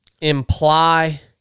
imply